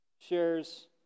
shares